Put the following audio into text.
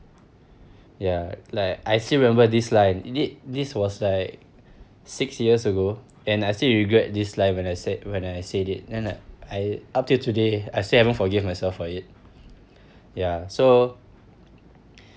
ya like I still remember this line thi~ this was like six years ago and I still regret this line when I said when I said it then I up till today I still haven't forgave myself for it ya so